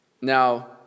Now